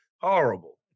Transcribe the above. horrible